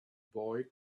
boy